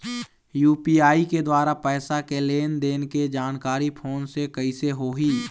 UPI के द्वारा पैसा के लेन देन के जानकारी फोन से कइसे होही?